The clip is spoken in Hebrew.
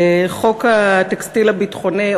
חוק הטקסטיל הביטחוני,